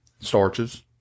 starches